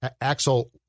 Axel